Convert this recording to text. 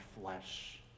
flesh